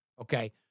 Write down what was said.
okay